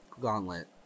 gauntlet